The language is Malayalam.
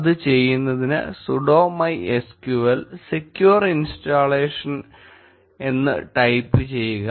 അത് ചെയ്യുന്നതിന് sudo mysql secure installation എന്ന് ടൈപ്പ് ചെയ്യുക